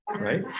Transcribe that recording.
right